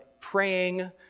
praying